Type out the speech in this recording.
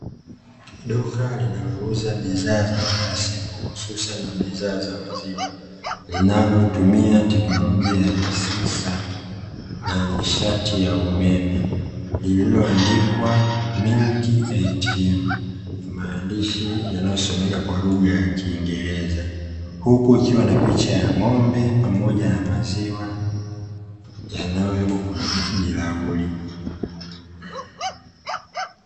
Duka linalouza bidhaa za kila siku hususan bidhaa za maziwa, linalotumia teknolojia ya kisasa na nishati ya umeme. Lililo andikwa "MILK ATM", maandishi yanayosomeka kwa lugha ya kiingereza, huku ikiwa na picha ya ng'ombe pamoja na maziwa yanayowekwa kwenye bilauri.